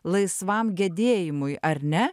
laisvam gedėjimui ar ne